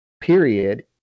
period